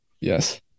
Yes